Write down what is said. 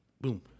Boom